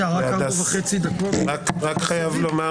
חייב לומר